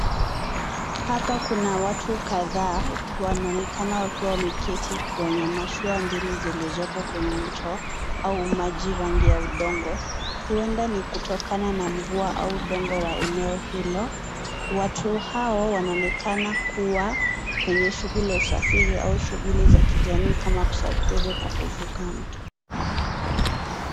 Hapa kuna watu kadhaa wanaonekana wameketi kwenye mashua mbili zilizopo kwenye mto au maji rangi ya udongo huenda kutokana na mvua au udongo wa eneo hilo watu hao wanaonekana kuwa kwenye shuguli za usafiri au shuguli za kijamii kama kusafiri kufuka mto